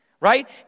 right